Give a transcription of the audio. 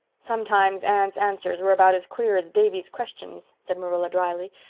sometimes anne's answers were about as queer as davy's questions, said marilla drily.